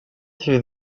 through